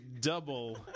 double